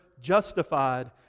justified